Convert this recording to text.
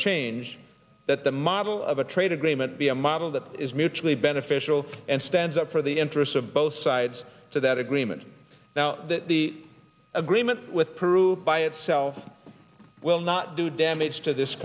change that the model of a trade agreement be a model that is mutually beneficial and stands up for the interests of both sides to that agreement now that the agreement with peru by itself will not do damage to this